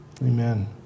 Amen